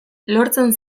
lortzen